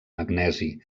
magnesi